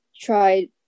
tried